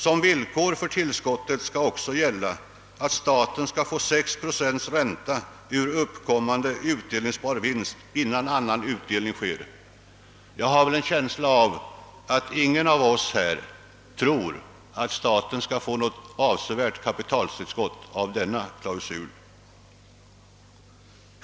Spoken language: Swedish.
Som villkor för tillskottet skall också gälla att staten skall få 6 procents ränta ur uppkommande utdelningsbar vinst innan annan utdelning ges. Jag har en känsla av att ingen av oss här tror att staten skall få något avsevärt kapitaltillskott av denna klausul.